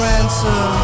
answer